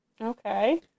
Okay